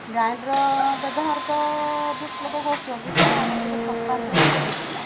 grinder ବ୍ୟବହାର ତ ବହୁତ ଲୋକ କରୁଛନ୍ତି କିନ୍ତୁ ଆମର ଟିକେ ଭଲ ପାଆନ୍ତିନି ବୋଲିକି